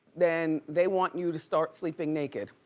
then they want you to start sleeping naked.